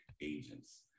agents